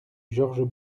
georges